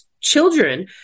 children